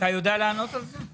אתה יודע לענות על זה?